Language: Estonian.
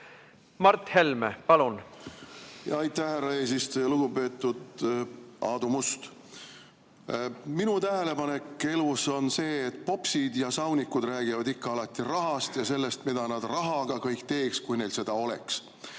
paljudes ülikoolides? Aitäh, härra eesistuja! Lugupeetud Aadu Must! Minu tähelepanek elus on see, et popsid ja saunikud räägivad ikka ja alati rahast ja sellest, mida nad rahaga kõik teeks, kui neil seda oleks.